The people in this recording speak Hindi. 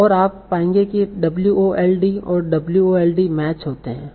और आप पाएंगे कि wold और wold मैच होते है